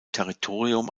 territorium